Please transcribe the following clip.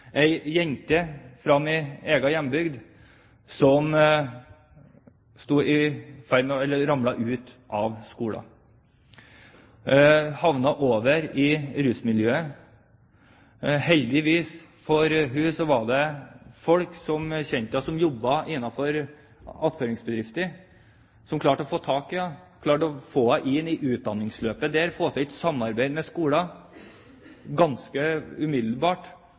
jente fra min egen hjembygd som ramlet ut av skolen og havnet over i rusmiljøet. Heldigvis for henne var det folk som kjente henne som jobbet innenfor attføringsbedrifter, som klarte å ta tak og få henne i utdanningsløpet og få til et samarbeid med skolen ganske umiddelbart,